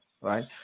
right